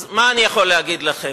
אז מה אני יכול להגיד לכם?